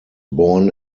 born